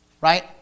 right